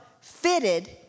fitted